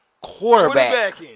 Quarterback